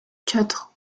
quatre